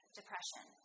depression